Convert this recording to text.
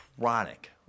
chronic